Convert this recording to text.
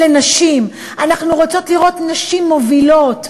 אנחנו רוצות לראות נשים מובילות.